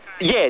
Yes